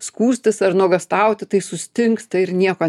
skųstis ar nuogąstauti tai sustingsta ir nieko